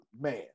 Man